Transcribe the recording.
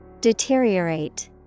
Deteriorate